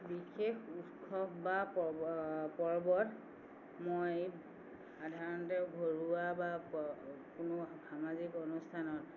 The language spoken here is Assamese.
বিশেষ উৎসৱ বা পৰ্ব পৰ্বত মই সাধাৰণতে ঘৰুৱা বা কোনো সামাজিক অনুষ্ঠানত